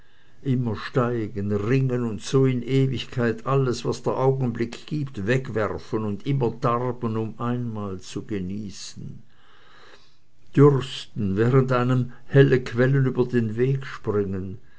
immer steigen ringen und so in ewigkeit alles was der augenblick gibt wegwerfen und immer darben um einmal zu genießen dürsten während einem helle quellen über den weg springen